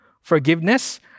forgiveness